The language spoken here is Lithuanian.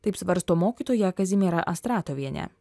taip svarsto mokytoja kazimiera astratovienė